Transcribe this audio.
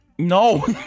No